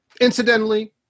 Incidentally